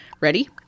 Ready